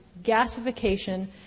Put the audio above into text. gasification